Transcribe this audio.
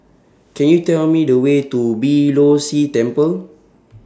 Could YOU Tell Me The Way to Beeh Low See Temple